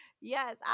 Yes